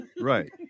Right